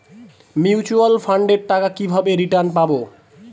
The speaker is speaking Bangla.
মিউচুয়াল ফান্ডের টাকা কিভাবে রিটার্ন পাব?